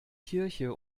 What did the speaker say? kirche